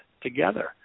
together